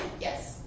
Yes